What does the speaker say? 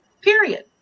Period